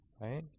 right